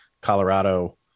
Colorado